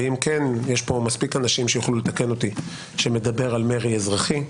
ואם כן - יש פה אנשים שיוכלו לתקן אותי שמדבר על מרי אזרחי.